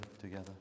together